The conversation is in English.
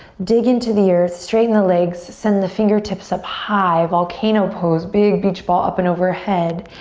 dig into the earth, straighten the legs. send the fingertips up high. volcano pose. big beach ball up and overhead.